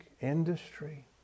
industry